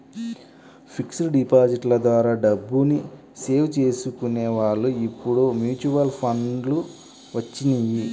fixed డిపాజిట్ల ద్వారా డబ్బుని సేవ్ చేసుకునే వాళ్ళు ఇప్పుడు మ్యూచువల్ ఫండ్లు వచ్చినియ్యి